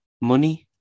Money